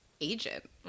agent